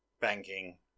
banking